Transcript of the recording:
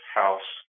house